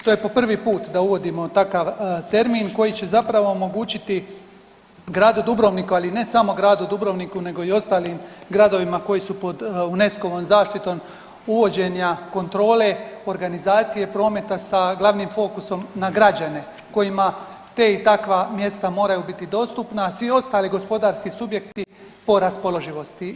To je po prvi put da uvodimo takav termin koji će zapravo omogućiti gradu Dubrovniku, ali ne samo gradu Dubrovniku nego i ostalim gradovima koji su pod UNESCO-vom zaštitom uvođenja kontrole organizacije prometa sa glavnim fokusom na građane kojima te i takva mjesta mora biti dostupna, a svi ostali gospodarski subjekti po raspoloživosti.